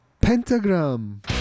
Pentagram